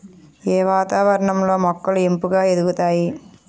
ఏ వాతావరణం లో మొక్కలు ఏపుగ ఎదుగుతాయి?